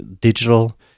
digital